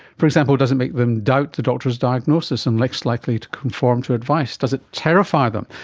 for example, does it make them doubt the doctor's diagnosis and less likely to conform to advice? does it terrify them?